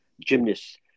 gymnast